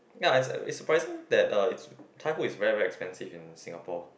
ya is is surprising that uh Thai food is very very expensive in Singapore